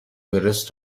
اورست